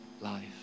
life